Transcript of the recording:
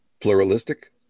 pluralistic